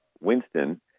Winston